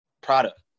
product